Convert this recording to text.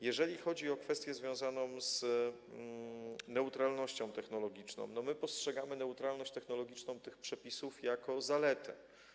Jeżeli chodzi o kwestię związaną z neutralnością technologiczną, to postrzegamy neutralność technologiczną tych przepisów jako zaletę.